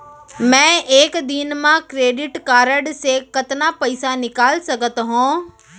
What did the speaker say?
मैं एक दिन म क्रेडिट कारड से कतना पइसा निकाल सकत हो?